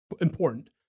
important